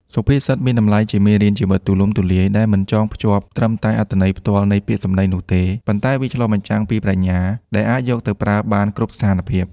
សុភាសិត មានតម្លៃជាមេរៀនជីវិតទូលំទូលាយ ដែលមិនចងភ្ជាប់ត្រឹមតែអត្ថន័យផ្ទាល់នៃពាក្យសម្ដីនោះទេ ប៉ុន្តែវាឆ្លុះបញ្ចាំងពីប្រាជ្ញាដែលអាចយកទៅប្រើបានគ្រប់ស្ថានភាព។